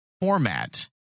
format